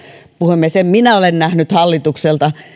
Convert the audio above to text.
puhemies en minä ole nähnyt hallitukselta